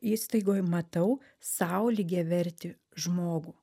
įstaigoj matau sau lygiavertį žmogų